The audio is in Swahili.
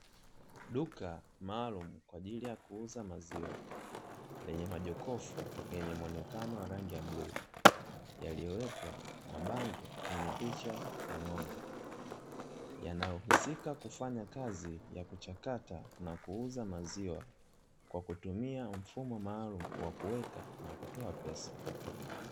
Duka maalumu kwa ajili ya kuuza maziwa lenye majokofu yenye muonekano w rangi ya bluu, yaliyowekwa mabango yenye ya picha ya ng'ombe, yanayohusika kufanya kazi ya kuchakata na kuuza maziwa, kwa kutumia mfumo maalumu wa kuweka na kutoa pesa.